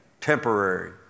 Temporary